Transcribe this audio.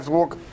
walk